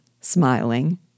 smiling